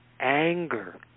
Anger